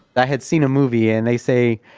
i had seen a movie and they say,